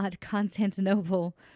Constantinople